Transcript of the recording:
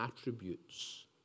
attributes